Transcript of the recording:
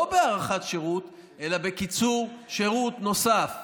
בהארכת שירות אלא בקיצור שירות נוסף.